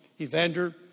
Evander